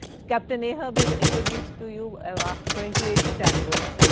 captain ahab is introduced to you after twenty eight chapters.